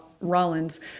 Rollins